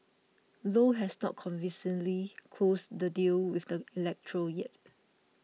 low has not convincingly closed the deal with the electro yet